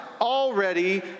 already